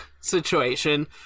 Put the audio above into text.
situation